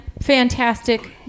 fantastic